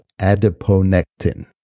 adiponectin